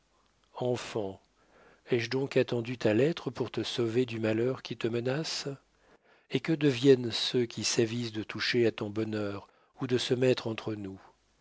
enfant ai-je donc attendu ta lettre pour te sauver du malheur qui te menace et que deviennent ceux qui s'avisent de toucher à ton bonheur ou de se mettre entre nous